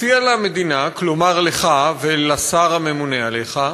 הציע למדינה, כלומר לך ולשר הממונה עליך,